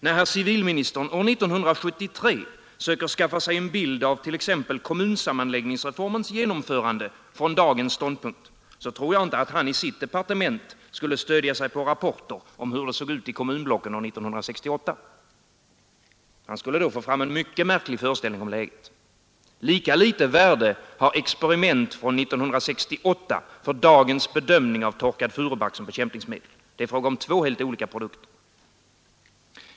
När herr civilministern år 1973 söker skaffa sig en bild t.ex. av kommunsammanläggningsreformens genomförande från dagens ståndpunkt, så tror jag inte att han i sitt departement skulle stödja sig på rapporter om hur det såg ut i kommunblocken år 1968. Han skulle då få en mycket märklig föreställning om läget. Lika litet värde har experiment från 1968 för dagens bedömning av torkad furubark som bekämpningsmedel. Det är fråga om två helt olika produkter.